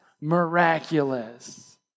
miraculous